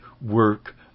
work